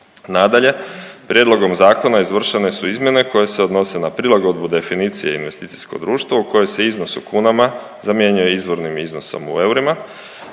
Nadalje, prijedlogom zakona izvršene su izmjene koje se odnose na prilagodbu definicije investicijsko društvo u kojoj se iznos u kunama zamjenjuje izvornih iznosom u eurima,